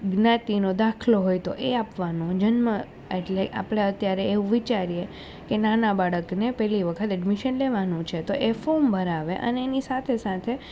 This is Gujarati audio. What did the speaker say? જ્ઞાતિનો દાખલો હોય તો એ આપવાનો જન્મ એટલે આપણે અત્યારે એવું વિચારીએ કે નાના બાળકને પહેલી વખત એડમિશન લેવાનું છે તો એ ફોર્મ ભરાવે અને એની સાથે સાથે